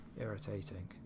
irritating